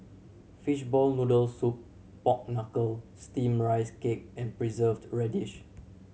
fishball noodle soup pork knuckle Steamed Rice Cake with and Preserved Radish